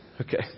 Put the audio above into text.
Okay